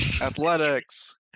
Athletics